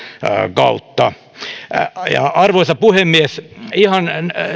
kautta arvoisa puhemies ihan